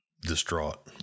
distraught